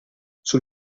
sul